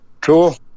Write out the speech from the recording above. cool